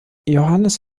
johannes